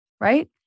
right